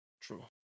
True